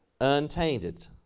Untainted